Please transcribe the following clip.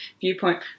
viewpoint